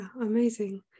amazing